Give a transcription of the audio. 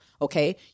okay